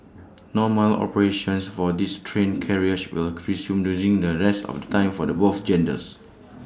normal operations for these train carriages will resume during the rest of the times for the both genders